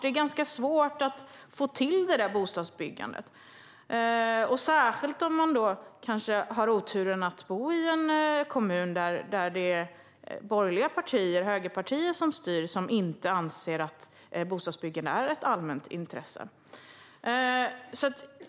Det blir svårt att få till bostadsbyggandet, särskilt om man har oturen att bo i en kommun där det är borgerliga partier och högerpartier som styr och som inte anser att bostadsbyggande är ett allmänt intresse.